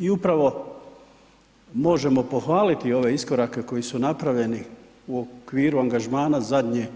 I upravo možemo pohvaliti ove iskorake koji napravljeni u okviru angažmana zadnje